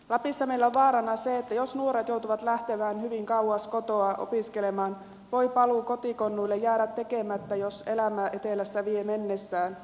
lapissa meillä on vaarana se että jos nuoret joutuvat lähtemään hyvin kauas kotoa opiskelemaan voi paluu kotikonnuille jäädä tekemättä jos elämä etelässä vie mennessään